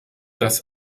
dass